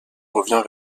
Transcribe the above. revient